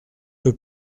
peu